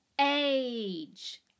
age